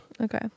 Okay